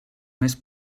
més